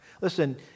Listen